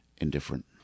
indifferent